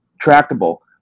tractable